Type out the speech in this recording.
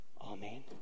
Amen